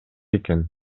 экен